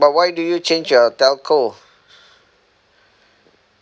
but why do you change your telco